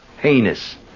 Heinous